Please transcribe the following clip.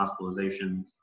hospitalizations